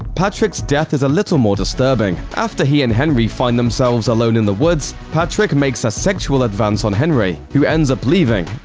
patrick's death is a little more disturbing. after he and henry find themselves alone in the woods, patrick makes a sexual advance on henry, who ends up leaving.